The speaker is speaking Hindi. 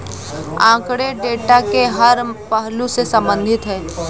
आंकड़े डेटा के हर पहलू से संबंधित है